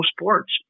sports